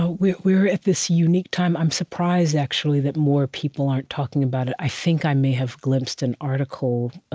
ah we're we're at this unique time. i'm surprised, actually, that more people aren't talking about it. i think i may have glimpsed an article